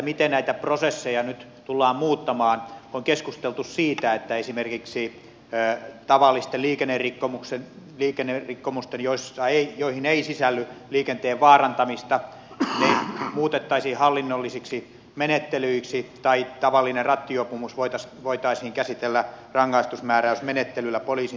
miten näitä prosesseja nyt tullaan muuttamaan kun on keskusteltu siitä että esimerkiksi tavalliset liikennerikkomukset joihin ei sisälly liikenteen vaarantamista muutettaisiin hallinnollisiksi menettelyiksi tai tavallinen rattijuopumus voitaisiin käsitellä rangaistusmääräysmenettelyllä poliisin toimesta